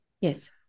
Yes